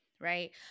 Right